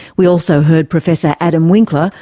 we also heard professor adam winkler,